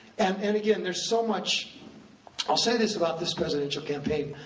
and and again, there's so much i'll say this about this presidential campaign.